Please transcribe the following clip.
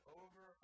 over